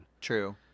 True